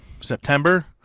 September